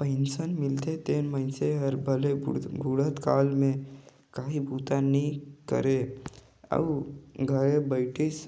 pension मिलथे तेन मइनसे हर भले बुढ़त काल में काहीं बूता नी करे अउ घरे बइठिस